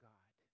God